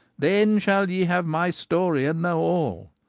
then shall ye have my story and know all.